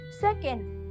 Second